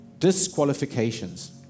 Disqualifications